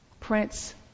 prince